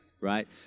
right